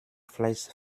fleiß